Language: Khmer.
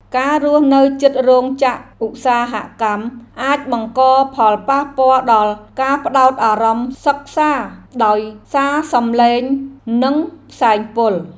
ការរស់នៅជិតរោងចក្រឧស្សាហកម្មអាចបង្កផលប៉ះពាល់ដល់ការផ្តោតអារម្មណ៍សិក្សាដោយសារសំឡេងនិងផ្សែងពុល។